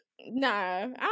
No